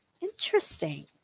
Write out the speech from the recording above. Interesting